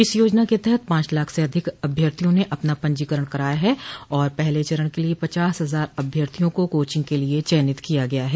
इस योजना के तहत पांच लाख से अधिक अभ्यर्थियों ने अपना पंजीकरण कराया है और पहले चरण के लिये पचास हजार अभ्यर्थियों को कोचिंग के लिये चयनित किया गया है